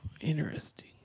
Interesting